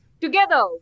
Together